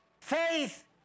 Faith